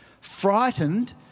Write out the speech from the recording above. frightened